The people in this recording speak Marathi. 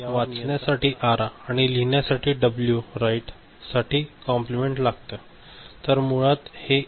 तर वाचण्यासाठी आर आणि लिहिण्यासाठी डब्ल्यू राईट साठी कॉम्पलमेंट लागते